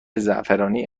زعفرانی